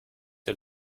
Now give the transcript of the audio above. der